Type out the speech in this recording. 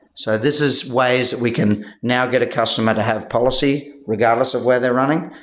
so this is ways that we can now get a customer to have policy regardless of where they're running,